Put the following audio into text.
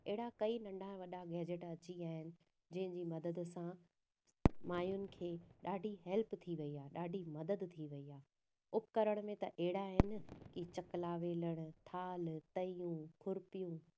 अहिड़ा कई नंढा वॾा गैजेट अची विया आहिनि जंहिंजी मदद सां माइयुनि खे ॾाढी हेल्प थी वई आ ॾाढी मदद थी वई आ उपकरण में त अहिड़ा आहिनि की चकला वेलण थाल तइयूं खुर्पियूं